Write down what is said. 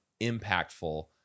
impactful